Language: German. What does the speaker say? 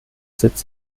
sitz